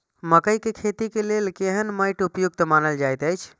मकैय के खेती के लेल केहन मैट उपयुक्त मानल जाति अछि?